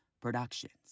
productions